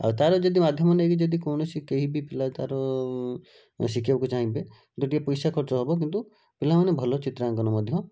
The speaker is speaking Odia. ଆଉ ତା'ର ଯଦି ମାଧ୍ୟମ ନେଇକି ଯଦିକୌଣସି କେହିବି ପିଲା ତା'ର ଶିଖିବାକୁ ଚାହିଁବେ କିନ୍ତୁ ଟିକିଏ ପଇସା ଖର୍ଚ୍ଚ ହେବ କିନ୍ତୁ ପିଲାମାନେ ଭଲ ଚିତ୍ରାଙ୍କନ ମଧ୍ୟ